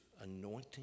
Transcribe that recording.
anointing